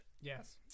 yes